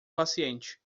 paciente